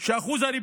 מה אתם חושבים?